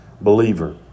believer